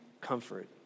comfort